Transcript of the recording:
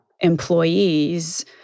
employees